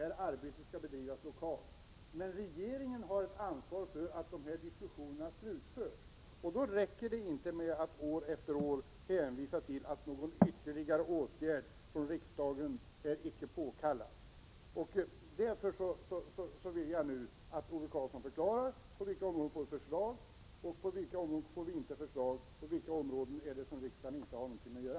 Detta arbete skall bedrivas lokalt. Men regeringen har ett ansvar för att dessa diskussioner slutförs. Då räcker det inte med att år efter år hänvisa till att någon ytterligare åtgärd från riksdagen icke är påkallad. Därför vill jag nu att Ove Karlsson förklarar på vilka områden vi får förslag, på vilka områden vi inte får förslag och på vilka områden riksdagen inte har någonting att göra.